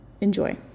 Enjoy